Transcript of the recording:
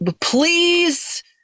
please